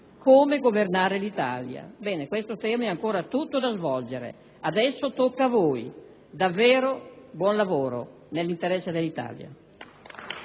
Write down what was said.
«Come governare l'Italia». Bene, questo tema è ancora tutto da svolgere. Adesso tocca a voi. Davvero, buon lavoro, nell'interesse dell'Italia.